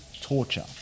torture